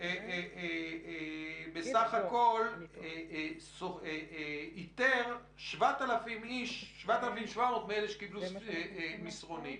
בסך הכול איתר 7,700 מאלה שקיבלו מסרונים.